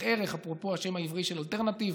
ערך" אפרופו השם העברי של "אלטרנתיב"